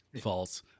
False